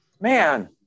Man